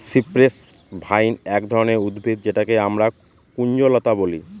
cypress vine এক ধরনের উদ্ভিদ যেটাকে আমরা কুঞ্জলতা বলি